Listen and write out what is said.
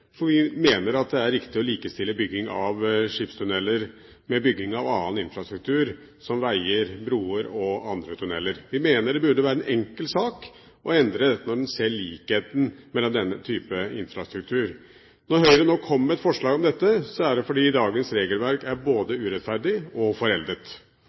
Vi mener det er riktig å likestille bygging av skipstunneler med bygging av annen infrastruktur som veier, broer og andre tunneler. Vi mener det burde være en enkel sak å endre dette når man ser likheten mellom disse typer infrastrukturer. Når Høyre kommer med et forslag om dette, er det fordi dagens regelverk både er urettferdig og foreldet.